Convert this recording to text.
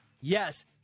Yes